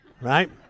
right